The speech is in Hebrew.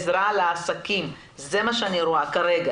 ברור.